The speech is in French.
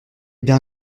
ben